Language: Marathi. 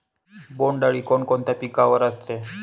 बोंडअळी कोणकोणत्या पिकावर असते?